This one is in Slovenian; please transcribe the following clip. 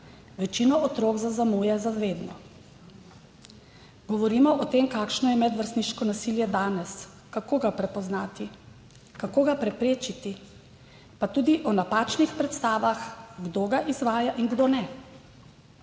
Večino otrok zaznamuje za vedno. Govorimo o tem, kakšno je medvrstniško nasilje danes, kako ga prepoznati, kako ga preprečiti, pa tudi o napačnih predstavah, kdo ga izvaja in kdo ne.